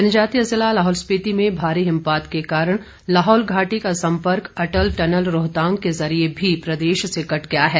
जनजातीय जिला लाहौल स्पिति में भारी हिमपात के कारण लाहौल घाटी का सम्पर्क अटल टनल रोहतांग के जरिए भी शेष प्रदेश से कट गया है